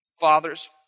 fathers